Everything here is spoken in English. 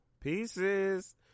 pieces